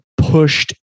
pushed